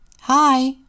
Hi